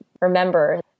remember